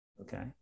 okay